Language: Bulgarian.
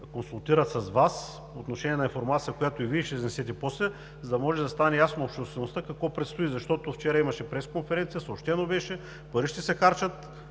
консултират с Вас по отношение на информацията, която и Вие ще изнесете после, за да може да стане ясно на обществеността какво предстои, защото вчера имаше пресконференция и беше съобщено, че пари ще се харчат